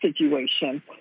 situation